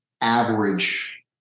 average